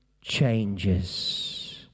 changes